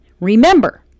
Remember